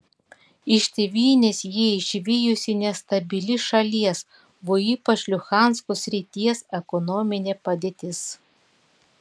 iš tėvynės jį išvijusi nestabili šalies o ypač luhansko srities ekonominė padėtis